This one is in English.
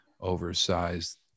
oversized